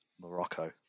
Morocco